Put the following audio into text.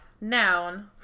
Noun